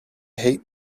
hate